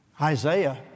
Isaiah